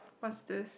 what is this